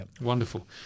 Wonderful